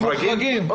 מוחרגים?